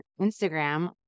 Instagram